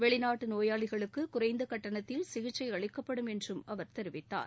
வெளிநாட்டு நோயாளிகளுக்கு குறைந்த கட்டணத்தில் சிகிச்சை அளிக்கப்படும் என்றும் அவர் தெரிவித்தார்